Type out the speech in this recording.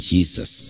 Jesus